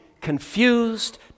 confused